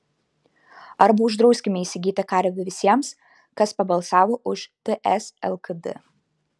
arba uždrauskime įsigyti karvę visiems kas pabalsavo už ts lkd